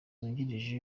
wungirije